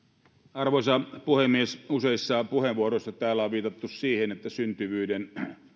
arvoisa puhemies useissa puheenvuoroissa täällä on viitattu siihen että syntyvyyden